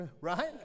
Right